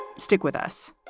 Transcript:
stick with us